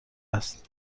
است